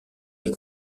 est